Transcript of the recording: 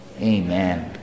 Amen